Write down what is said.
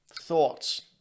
Thoughts